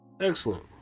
excellent